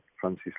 Francis